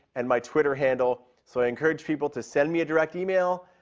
and my twitter handle, so i encourage people to send me a direct email,